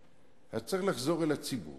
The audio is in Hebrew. אז צריך לחזור לציבור